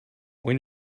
when